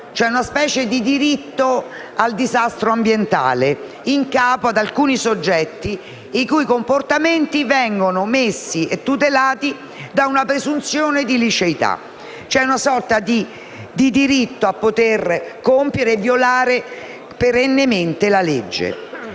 crea una specie di diritto al disastro ambientale in capo ad alcuni soggetti i cui comportamenti vengono tutelati da una presunzione di liceità. C'è una sorta di diritto a poter violare perennemente la legge.